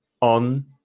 on